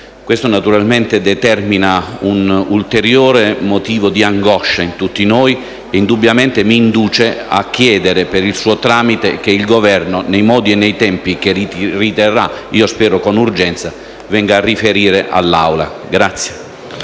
Questo naturalmente determina un ulteriore motivo di angoscia in tutti noi e indubbiamente mi induce a chiedere, per il suo tramite, che il Governo, nei modi e nei tempi che riterrà (io spero con urgenza), venga a riferire all'Assemblea.